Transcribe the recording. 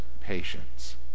patience